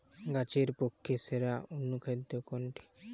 গাছের পক্ষে সেরা অনুখাদ্য কোনটি?